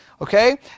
Okay